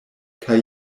kaj